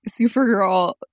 Supergirl